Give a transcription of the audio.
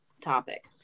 topic